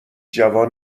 جوان